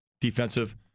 defensive